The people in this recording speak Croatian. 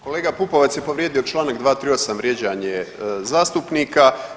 Kolega Pupovac je povrijedio čl. 238. vrijeđanje zastupnika.